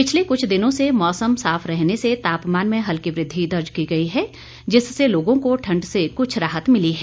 पिछले कुछ दिनों से मौसम साफ रहने से तापमान में हल्की वृद्वि दर्ज की गई है जिससे लोगों को ठंड से कुछ राहत मिली है